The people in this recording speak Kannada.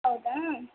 ಹೌದಾ